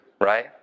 right